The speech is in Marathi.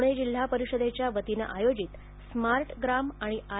पुणे जिल्हा परिषदेच्या वतीने आयोजित स्मार्ट ग्राम आणि आर